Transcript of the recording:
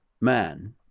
man